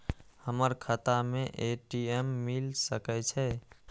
हमर खाता में ए.टी.एम मिल सके छै?